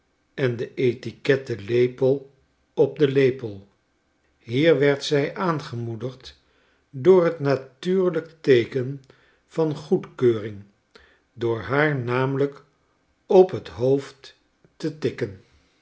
en de etiquette lepel op den lepel hier werd zij aangemoedigd door t natuurlijk teeken van goedkeuring door haar namelijk op t hoofd te tikken